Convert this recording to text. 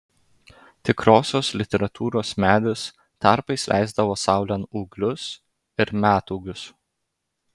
tikrosios literatūros medis tarpais leisdavo saulėn ūglius ir metūgius